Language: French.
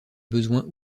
besoins